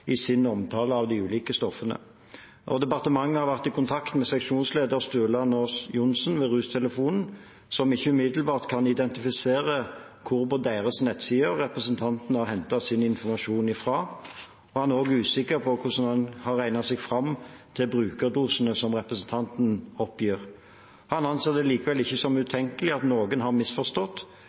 de ulike stoffene. Departementet har vært i kontakt med seksjonsleder Sturla Naas Johansen ved RUStelefonen. Han kan ikke umiddelbart identifisere hvor på deres nettside representanten har hentet sin informasjon fra, og han er også usikker på hvordan man har regnet seg fram til brukerdosene som representanten oppgir. Han anser det likevel ikke som utenkelig at noen har misforstått,